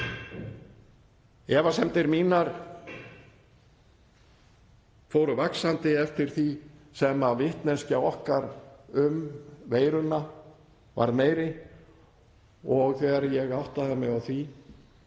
Efasemdir mínar fóru vaxandi eftir því sem vitneskja okkar um veiruna varð meiri, þegar ég áttaði mig á því